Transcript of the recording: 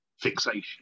fixation